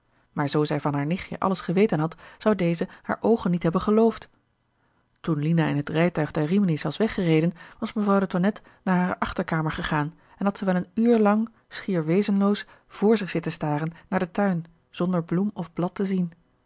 maar zoo zij van haar nichtje alles geweten had zou deze hare oogen niet hebben geloofd toen lina in het rijtuig der rimini's was weggereden was mevrouw de tonnette naar hare achterkamer gegaan en had zij wel een uur lang schier wezenloos vr zich zitten staren naar den tuin zonder bloem of blad te zien